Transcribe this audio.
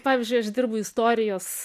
pavyzdžiui aš dirbu istorijos